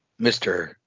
Mr